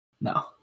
No